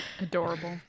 Adorable